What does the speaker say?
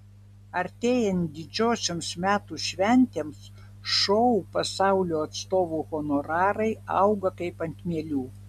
artėjant didžiosioms metų šventėms šou pasaulio atstovų honorarai auga kaip ant mielių